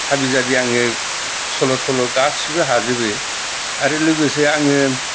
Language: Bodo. हाबि जाबि आङो सल' थल' गासिबो हाजोबो आरो लोगोसे आङो